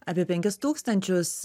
apie penkis tūkstančius